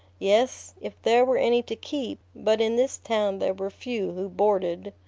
yes, if there were any to keep but in this town there were few who boarded.